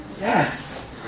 yes